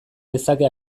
lezake